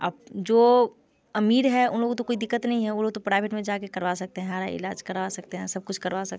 आप जो अमीर है उन लोग को तो कोई दिक्कत नहीं है वो लोग तो प्राबिट में जा के करवा सकते हैं इलाज करवा सकते हैं सब कुछ करवा सकते हैं